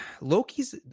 Loki's